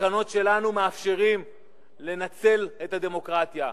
והתקנות שלנו מאפשרים לנצל את הדמוקרטיה.